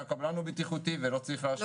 שהקבלן הוא בטיחותי ולא צריך להשעות אותו.